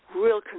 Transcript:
real